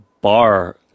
bar